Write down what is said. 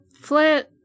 flint